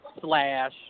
Slash